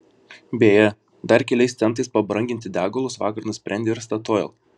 beje dar keliais centais pabranginti degalus vakar nusprendė ir statoil